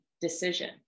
decision